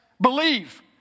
believe